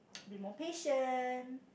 be more patient